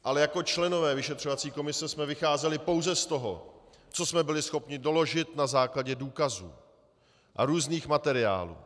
Ale jako členové vyšetřovací komise jsme vycházeli pouze z toho, co jsme byli schopni doložit na základě důkazů a různých materiálů.